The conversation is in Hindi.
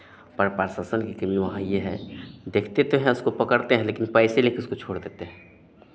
पर प्रशासन की कमी वहां ये है देखते तो हैं उसको पकड़ते हैं लेकिन पैसे लेके उसको छोड़ देते हैं